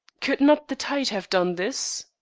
could not the tide have done this?